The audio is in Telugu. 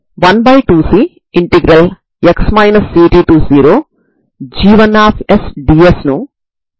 దాని నుండి sin μ sin μx cos μb cos μx sin μb అవుతుంది